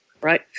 right